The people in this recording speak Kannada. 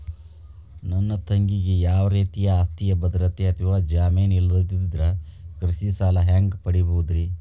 ನನ್ನ ತಂಗಿಗೆ ಯಾವ ರೇತಿಯ ಆಸ್ತಿಯ ಭದ್ರತೆ ಅಥವಾ ಜಾಮೇನ್ ಇಲ್ಲದಿದ್ದರ ಕೃಷಿ ಸಾಲಾ ಹ್ಯಾಂಗ್ ಪಡಿಬಹುದ್ರಿ?